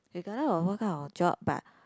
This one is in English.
regardless of what kind of job but